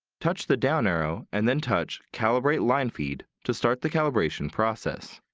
touch the down arrow and then touch calibrate linefeed to start the calibration process.